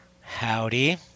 Howdy